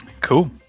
Cool